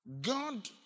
God